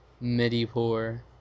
Midi-poor